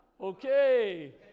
okay